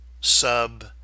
Sub